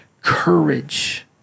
courage